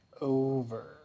Over